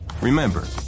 Remember